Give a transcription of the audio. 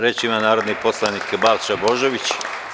Reč ima narodni poslanik Balša Božović.